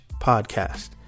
podcast